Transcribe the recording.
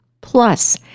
Plus